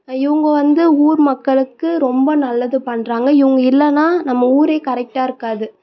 இவங்க வந்து ஊர் மக்களுக்கு ரொம்ப நல்லது பண்ணுறாங்க இவங்க இல்லைன்னா நம்ம ஊரே கரெக்டாக இருக்காது